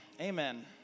Amen